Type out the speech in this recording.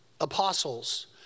apostles